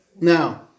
Now